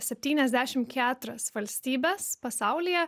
septyniasdešim keturias valstybes pasaulyje